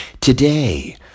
Today